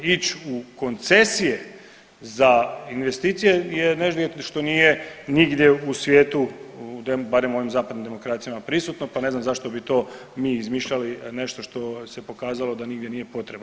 Ić u koncesije za investicije je što nije nigdje u svijetu, barem u ovim zapadnim demokracijama prisutno, pa ne znam zašto bi to mi izmišljali nešto što se pokazalo da nigdje nije potreba.